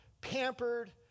pampered